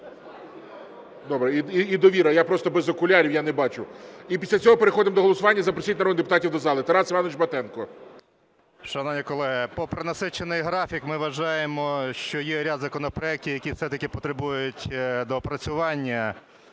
Добре, і "Довіра". Я просто без окулярів, я не бачу. І після цього переходимо до голосування, запросіть народних депутатів до зали. Тарас Іванович Батенко. 12:45:59 БАТЕНКО Т.І. Шановні колеги, попри насичений графік ми вважаємо, що є ряд законопроектів, які все-таки потребують доопрацювання,